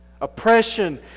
Oppression